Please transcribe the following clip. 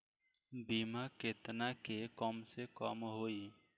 बीमा केतना के कम से कम होई?